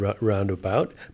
roundabout